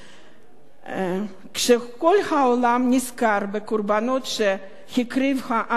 כשכל העולם נזכר בקורבנות שהקריב העם היהודי בשואה,